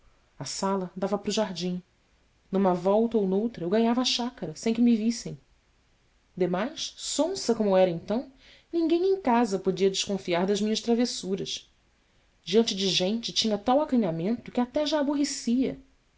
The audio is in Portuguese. a sala dava para o jardim numa volta ou noutra eu ganhava a chácara sem que me vissem demais sonsa como era então ninguém em casa podia desconfiar das minhas travessuras diante de gente tinha tal acanhamento que até já aborrecia